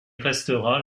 restera